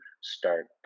start